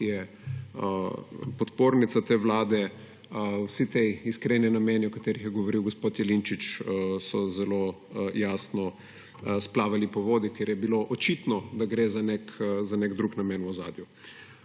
ki je podpornica te vlade, vsi ti iskreni nameni, o katerih je govoril gospod Jelinčič, so zelo jasno splavali po vodi, ker je bilo očitno, da gre za nek drug namen v ozadju.